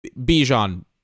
Bijan